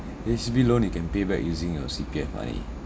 H_D_B loan you can pay back using your C_P_F money